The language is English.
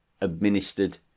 administered